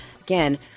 again